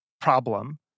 problem